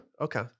okay